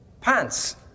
Pants